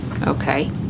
okay